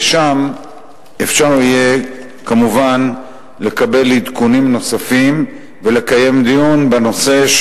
ושם אפשר יהיה כמובן לקבל עדכונים נוספים ולקיים דיון בנושא,